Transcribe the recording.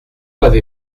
avez